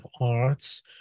arts